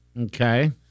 Okay